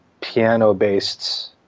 piano-based